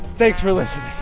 thanks for listening